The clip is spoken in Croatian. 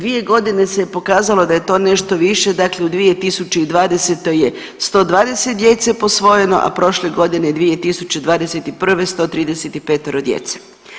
2 godine se je pokazalo da je to nešto više, dakle u 2020. je 120 djece posvojeno, a prošle godine 2021. 135 djece.